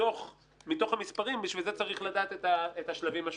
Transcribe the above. מתוך המספרים בשביל זה צריך לדעת את השלבים השונים.